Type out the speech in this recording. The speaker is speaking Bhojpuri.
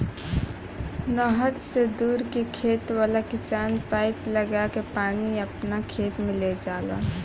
नहर से दूर के खेत वाला किसान पाइप लागा के पानी आपना खेत में ले जालन